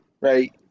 right